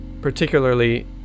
particularly